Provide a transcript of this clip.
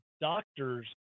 doctors